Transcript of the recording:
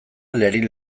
lerin